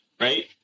right